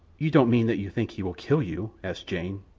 you don't mean that you think he will kill you? asked jane,